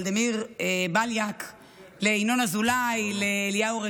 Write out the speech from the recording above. לוולדימיר בליאק, לינון אזולאי, לאליהו רביבו.